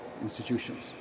institutions